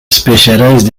specialized